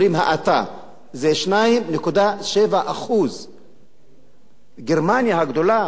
זה 2.7%. גרמניה הגדולה זה כמעט 1%,